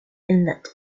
inlet